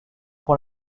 pour